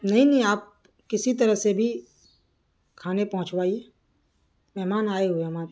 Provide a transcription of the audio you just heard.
نہیں نہیں آپ کسی طرح سے بھی کھانے پہنچوائیے مہمان آئے ہوئے ہیں ہمارے